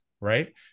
right